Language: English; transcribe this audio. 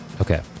Okay